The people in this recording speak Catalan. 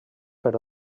per